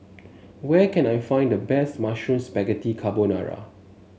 where can I find the best Mushroom Spaghetti Carbonara